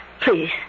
please